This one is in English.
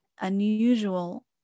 unusual